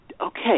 Okay